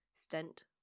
Stent